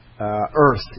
earth